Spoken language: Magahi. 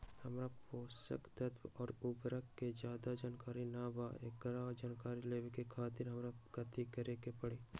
हमरा पोषक तत्व और उर्वरक के ज्यादा जानकारी ना बा एकरा जानकारी लेवे के खातिर हमरा कथी करे के पड़ी?